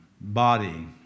body